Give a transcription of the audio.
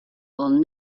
will